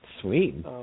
Sweet